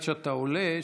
עד שאתה עולה,